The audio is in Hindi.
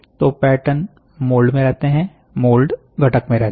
तो पैटर्न मोल्ड में रहते हैं मोल्ड घटक में रहते हैं